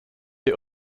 die